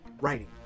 writing